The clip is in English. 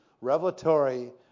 Revelatory